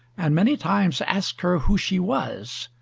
and many times asked her who she was,